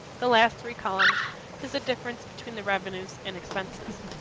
the last three columns is a difference between the revenues and expenses.